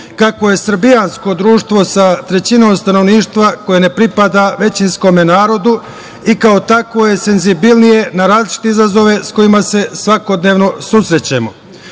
kakvo je srbijansko društvo sa trećinom stanovništva koje ne pripada većinskom narodu i kao takvo je senzibilnije na različite izazove sa kojima se svakodnevno susrećemo. Ovde